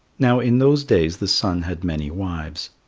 now, in those days the sun had many wives.